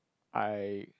I